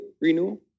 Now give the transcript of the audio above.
renewal